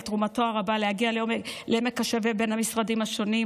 תרומתו הרבה להגיע לעמק השווה בין המשרדים השונים,